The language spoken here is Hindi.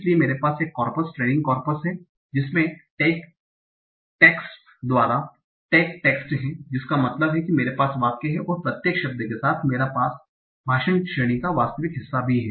इसलिए मेरे पास एक कॉर्पस ट्रेनिंग कॉर्पस है जिसमें टैग टेक्स्ट द्वारा टैग टेक्स्ट है जिसका मतलब है कि मेरे पास वाक्य है और प्रत्येक शब्द के साथ मेरे पास भाषण श्रेणी का वास्तविक हिस्सा भी है